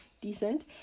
decent